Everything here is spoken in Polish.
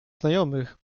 znajomych